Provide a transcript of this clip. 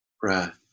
breath